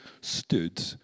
stood